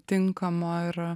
tinkamo ir